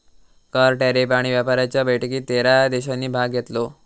कर, टॅरीफ आणि व्यापाराच्या बैठकीत तेरा देशांनी भाग घेतलो